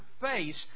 face